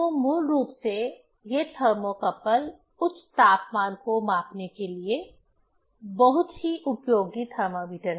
तो मूल रूप से ये थर्मोकपल उच्च तापमान को मापने के लिए एक बहुत ही उपयोगी थर्मामीटर है